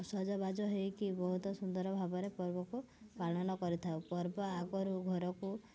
ସଜବାଜ ହେଇକି ବହୁତ ସୁନ୍ଦର ଭାବରେ ପର୍ବକୁ ପାଳନ କରିଥାଉ ପର୍ବ ଆଗରୁ ଘରକୁ